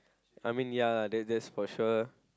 I mean ya lah that that's for sure